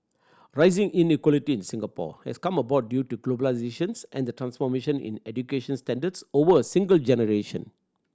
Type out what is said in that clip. rising inequality in Singapore has come about due to globalisation and the transformation in education standards over a single generation